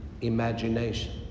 imagination